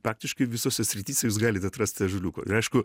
praktiškai visose srityse jūs galit atrast ąžuoliukų ir aišku